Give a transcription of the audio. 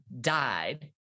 died